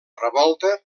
revolta